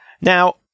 Now